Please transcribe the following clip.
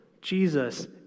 Jesus